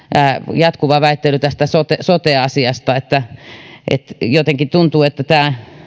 jatkuva väittely tästä sote sote asiasta jotenkin tuntuu että tämä